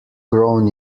grown